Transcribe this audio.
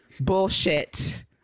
bullshit